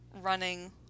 running